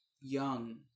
young